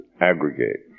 aggregate